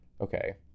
okay